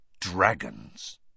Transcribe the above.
Dragons